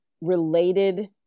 related